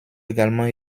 également